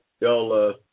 Y'all